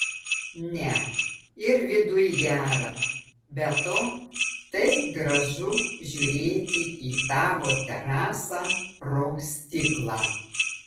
ne ir viduj gera be to taip gražu žiūrėti į tavo terasą pro stiklą